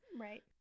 Right